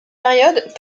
période